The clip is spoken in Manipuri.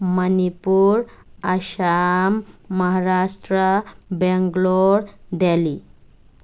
ꯃꯅꯤꯄꯨꯔ ꯑꯥꯁꯥꯝ ꯃꯥꯍꯥꯔꯥꯁꯇ꯭ꯔꯥ ꯕꯦꯡꯒ꯭ꯂꯣꯔ ꯗꯦꯜꯂꯤ